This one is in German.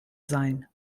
sein